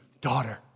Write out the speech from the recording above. daughter